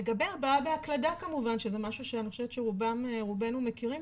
לגבי נושא ההקלדה כמובן שאני חושבת שרובינו מכירים